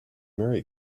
merry